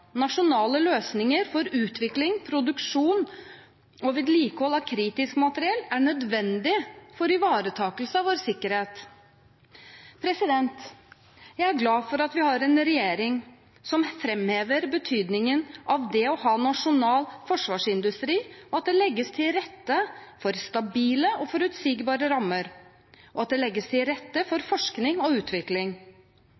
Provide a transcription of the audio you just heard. Nasjonale løsninger for utvikling, produksjon og vedlikehold av kritisk materiell er nødvendig for ivaretakelse av vår sikkerhet. Jeg er glad for at vi har en regjering som framhever betydningen av det å ha en nasjonal forsvarsindustri, at det legges til rette for stabile og forutsigbare rammer, og at det legges til rette for